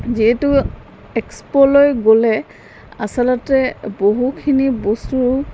যিহেতু এক্সপ'লৈ গ'লে আচলতে বহুখিনি বস্তুৰো